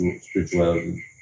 spirituality